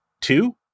Two